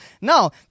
No